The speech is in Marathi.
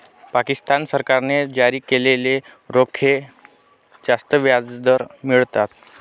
पाकिस्तान सरकारने जारी केलेले रोखे जास्त व्याजदर मिळवतात